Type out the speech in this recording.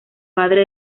padre